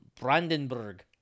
Brandenburg